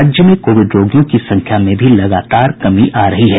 राज्य में कोविड रोगियों की संख्या में भी लगातार कमी आ रही है